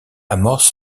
amorce